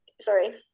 sorry